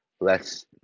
less